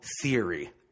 theory